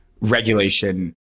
regulation